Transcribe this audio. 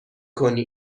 کنی